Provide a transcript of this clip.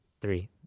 Three